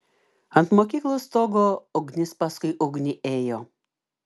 ant mokyklos stogo ugnis paskui ugnį ėjo